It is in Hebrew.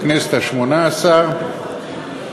בכנסת השמונה-עשרה,